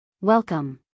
Welcome